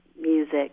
music